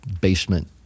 basement